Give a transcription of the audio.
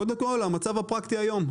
קודם כל, המצב הפרקטי היום.